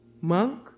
Monk